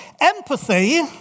Empathy